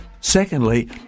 secondly